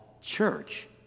church